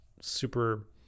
super